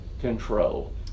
control